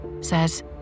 Says